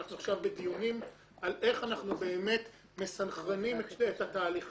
ואנחנו עכשיו בדיונים על איך אנחנו באמת מסנכרנים את התהליכים,